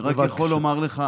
אני רק יכול לומר לך,